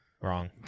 wrong